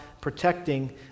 protecting